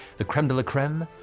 the creme de la creme,